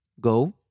go